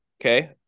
okay